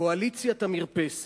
קואליציית המרפסת.